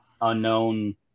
Unknown